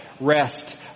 rest